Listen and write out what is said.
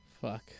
Fuck